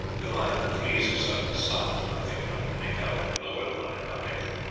the line of the trees has suddenly stopped, and i think i can make out a lower line behind it.